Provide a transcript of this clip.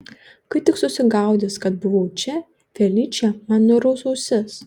kai tik susigaudys kad buvau čia feličė man nuraus ausis